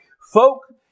Folk